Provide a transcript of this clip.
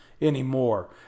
anymore